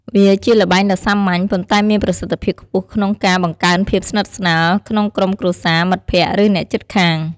វាជាល្បែងដ៏សាមញ្ញ ប៉ុន្តែមានប្រសិទ្ធភាពខ្ពស់ក្នុងការ បង្កើនភាពស្និទ្ធស្នាល ក្នុងក្រុមគ្រួសារ មិត្តភក្តិ ឬអ្នកជិតខាង។